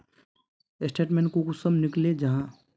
Statement कुंसम निकले जाहा?